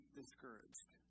discouraged